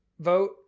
vote